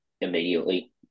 immediately